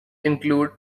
include